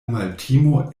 maltimo